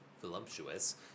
voluptuous